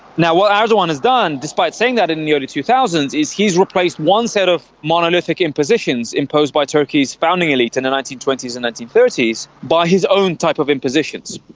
now, what erdogan has done, despite saying that in the early two thousand s, is he has replaced one set of monolithic impositions imposed by turkey's founding elite in the nineteen twenty s and nineteen thirty s by his own type of impositions.